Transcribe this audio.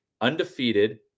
undefeated